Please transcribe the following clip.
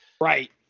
Right